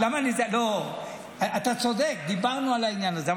אתה צודק, דיברנו על העניין הזה.